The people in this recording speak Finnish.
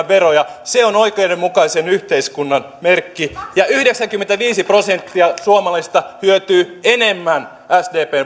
veroja se on oikeudenmukaisen yhteiskunnan merkki yhdeksänkymmentäviisi prosenttia suomalaisista hyötyy enemmän sdpn